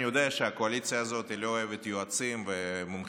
אני יודע שהקואליציה הזאת לא אוהבת יועצים ומומחים,